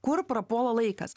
kur prapuola laikas